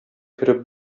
кереп